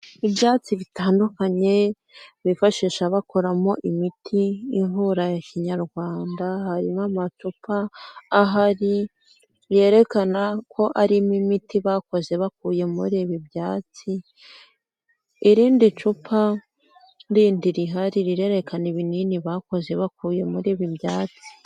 Ibyatsi bitandukanye bifashisha bakoramo imiti ivura Kinyarwanda, harimo amacupa ahari yerekana ko arimo imiti bakoze bakuye muri ibi byatsi, irindi cupa rindi rihari rirerekana ibinini bakoze bakuye muri ibi byatsi.